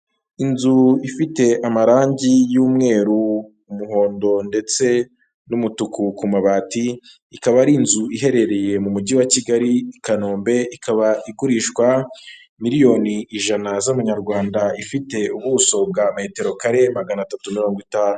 Inzu ifite amarangi y'umweru, umuhondo ndetse n'umutuku ku mabati, ikaba ari inzu iherereye mu Mujyi wa Kigali i Kanombe, ikaba igurishwa miliyoni ijana z'amanyarwanda ifite ubuso bwa metero kare magana atatu mirongo itanu.